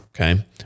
Okay